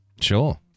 Sure